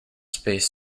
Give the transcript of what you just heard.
space